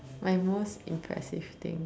my most impressive thing